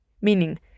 meaning